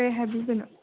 ꯀꯔꯤ ꯍꯥꯏꯕꯤꯕꯅꯣ